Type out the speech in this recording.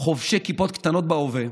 חובשי כיפות קטנות בהווה,